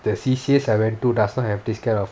the C_C_As I went to does not have this kind of